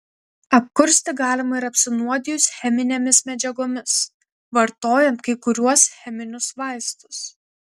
apkursti galima ir apsinuodijus cheminėmis medžiagomis vartojant kai kuriuos cheminius vaistus